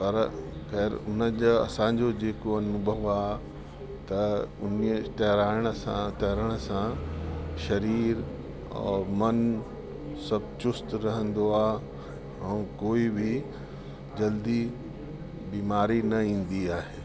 पर ख़ैर उन जा असांजो जेको अनुभव आहे त उन्हीअ तरहण तैरण सां शरीरु ऐं मनु सभु चुस्त रहंदो आहे ऐं कोई बि जल्दी बीमारी न ईंदी आहे